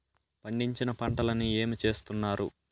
పండించిన పంటలని ఏమి చేస్తున్నారు?